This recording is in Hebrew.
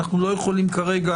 אנחנו לא יכולים כרגע